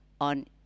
on